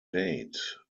date